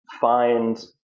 find